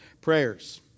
Prayers